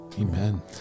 amen